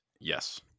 Yes